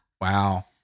Wow